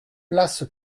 place